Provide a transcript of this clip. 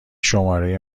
شماره